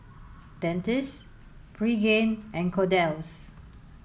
Dentiste Pregain and Kordel's